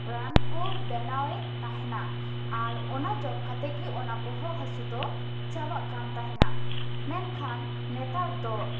ᱨᱟᱱ ᱠᱚ ᱵᱮᱱᱟᱣᱮᱫ ᱛᱟᱦᱮᱸᱱᱟ ᱟᱨ ᱚᱱᱟ ᱡᱚᱢ ᱠᱟᱛᱮᱫ ᱜᱮ ᱚᱱᱟ ᱵᱚᱦᱚᱜ ᱦᱟᱥᱩ ᱫᱚ ᱪᱟᱵᱟᱜ ᱠᱟᱱ ᱛᱟᱦᱮᱸᱱᱟ ᱢᱮᱱᱠᱷᱟᱱ ᱱᱮᱛᱟᱨ ᱫᱚ